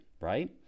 right